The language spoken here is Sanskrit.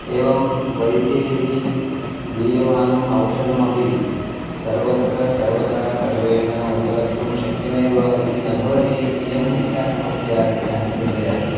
एवं वैद्यैः दीयमानम् औषधम् अपि सर्वत्र सर्वदा सर्वेण उपलब्धुं शक्यमेव इति न भवति इयं मुख्या समस्या इति अहं चिन्तयामि